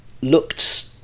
looked